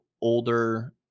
older